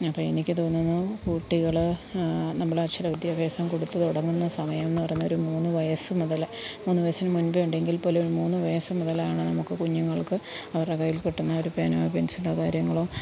അപ്പം എനിക്ക് തോന്നുന്നു കുട്ടികള് നമ്മൾ അക്ഷര വിദ്യാഭ്യാസം കൊടുത്ത് തുടങ്ങുന്ന സമയം എന്ന് പറയുന്നൊരു മൂന്ന് വയസ്സ് മുതല് മൂന്ന് വയസ്സിന് മുന്പേ ഉണ്ടെങ്കില്പ്പോലും ഒരു മൂന്ന് വയസ്സ് മുതലാണ് നമുക്ക് കുഞ്ഞുങ്ങള്ക്ക് അവരുടെ കയ്യില് കിട്ടുന്ന ഒരു പേനയോ പെന്സിലോ കാര്യങ്ങളോ